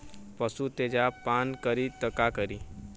पशु तेजाब पान करी त का करी?